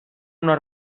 una